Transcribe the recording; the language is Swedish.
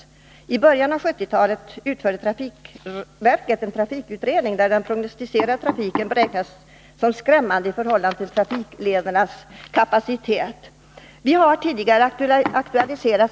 I början av 1970-talet utförde trafikverket en trafikutredning där den prognoserade trafiken beräknades som skrämmande i förhållande till trafikledernas kapacitet.